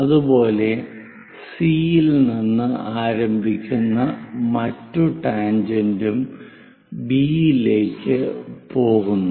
അതുപോലെ സി യിൽ നിന്ന് ആരംഭിക്കുന്ന മറ്റ് ടാൻജെന്റും ബി യിലേക്ക് പോകുന്നു